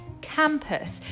campus